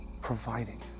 providing